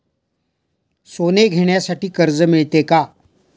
सोने घेण्यासाठी कर्ज मिळते का?